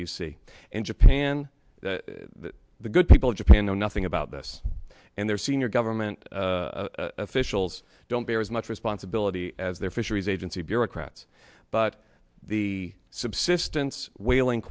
c in japan the good people of japan know nothing about this and their senior government officials don't care as much responsibility as their fisheries agency bureaucrats but the subsistence whaling